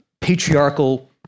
patriarchal